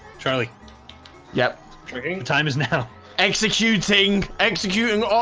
charlie yep time is now executing executing